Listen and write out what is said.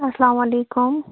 اَسلامُ علیکُم